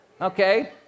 Okay